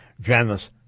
Janus